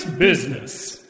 BUSINESS